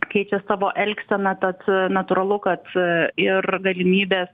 keičia savo elgseną tad natūralu kad ir galimybės